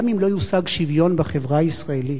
גם אם לא יושג שוויון בחברה הישראלית,